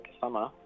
summer